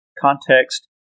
context